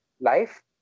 life